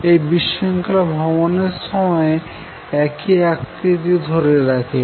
এই বিশৃঙ্খলা ভ্রমনের সময় একই আকৃতি ধরে রাখে